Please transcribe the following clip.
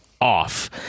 off